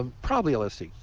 um probably lsd.